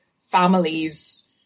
families